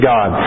God